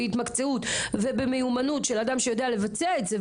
מקצועיות ומיומנות של אדם שיודע לבצע את זה.